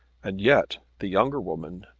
and yet the younger woman,